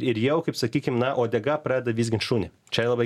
ir jau kaip sakykim na o odega pradeda vizgint šunį čia labai